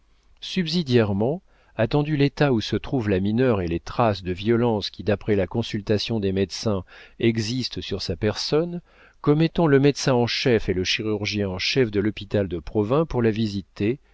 subsidiairement attendu l'état où se trouve la mineure et les traces de violence qui d'après la consultation des médecins existent sur sa personne commettons le médecin en chef et le chirurgien en chef de l'hôpital de provins pour la visiter